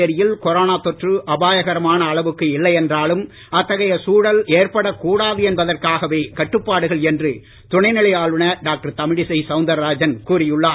புதுச்சேரியில் கொரோனா தொற்று அபாயகரமான அளவுக்கு இல்லையென்றாலும் அத்தகைய சூழல் ஏற்படக்கூடாது என்பதற்காகவே கட்டுப்பாடுகள் என்று துணை நிலை ஆளுனர் டாக்டர் தமிழிசை சவுந்தர்ராஜன் கூறியுள்ளார்